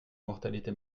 mortalité